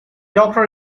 doctor